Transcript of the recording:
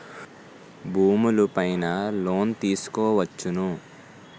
భూములు పైన లోన్ తీసుకోవచ్చును